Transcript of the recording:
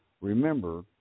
remember